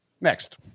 Next